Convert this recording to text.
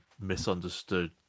misunderstood